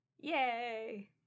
Yay